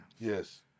Yes